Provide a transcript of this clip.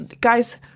guys